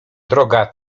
droga